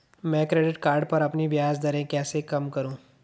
मैं credit card पर अपनी ब्याज दरें कैसे कम करूँ?